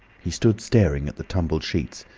he stood staring at the tumbled sheets.